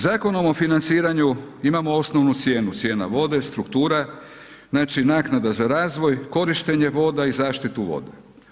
Zakonom o financiranju imamo osnovnu cijenu, cijena vode, struktura, znači naknada za razvoj, korištenje voda i zaštitu vode.